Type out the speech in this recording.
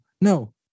no